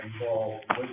involved